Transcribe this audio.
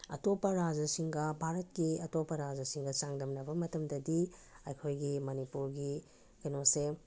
ꯑꯇꯣꯞꯄ ꯔꯥꯖ꯭ꯌꯁꯤꯡꯒ ꯚꯥꯔꯠꯀꯤ ꯑꯇꯣꯞꯄ ꯔꯥꯖ꯭ꯌꯁꯤꯡꯒ ꯆꯥꯡꯗꯝꯅꯕ ꯃꯇꯝꯗꯗꯤ ꯑꯩꯈꯣꯏꯒꯤ ꯃꯅꯤꯄꯨꯔꯒꯤ ꯀꯩꯅꯣꯁꯦ